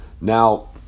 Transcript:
Now